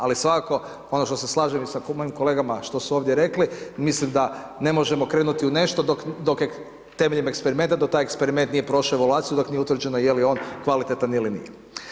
Ali svakako ono što se slažem i sa … kolegama što su ovdje rekli, mislim da ne možemo krenuti u nešto dok je temeljem eksperimenta dok taj eksperiment nije prošao evaluaciju, dok nije utvrđeno je li on kvalitetan ili nije.